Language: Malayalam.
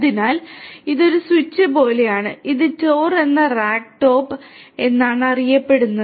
അതിനാൽ ഇത് ഒരു സ്വിച്ച് പോലെയാണ് ഇത് ടോർ എന്നാൽ റാക്ക് ടോപ്പ് എന്നാണ് അറിയപ്പെടുന്നത്